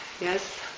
yes